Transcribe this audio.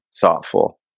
thoughtful